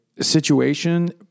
situation